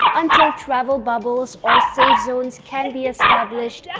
until travel bubbles or safe zones can be established,